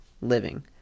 living